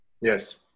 Yes